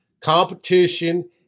Competition